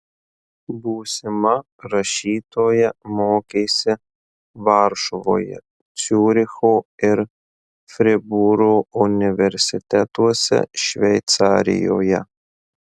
būsima rašytoja mokėsi varšuvoje ciuricho ir fribūro universitetuose šveicarijoje